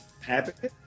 Happy